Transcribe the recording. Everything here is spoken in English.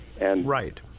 Right